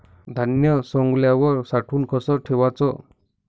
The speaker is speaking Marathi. धान्य सवंगल्यावर साठवून कस ठेवाच?